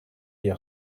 hier